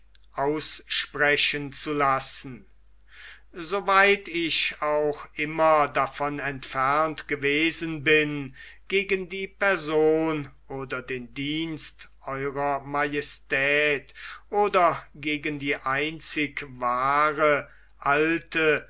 aussprechen zu lassen so weit ich auch immer davon entfernt gewesen bin gegen die person oder den dienst ew majestät oder gegen die einzig wahre alte